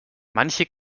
manche